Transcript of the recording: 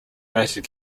united